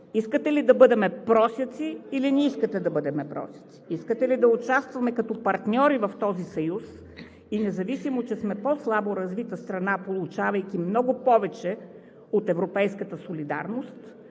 Искате ли да бъдем просяци, или не искате да бъдем просяци? Искате ли да участваме като партньори в този съюз и независимо, че сме по-слабо развита страна, получавайки много повече от европейската солидарност,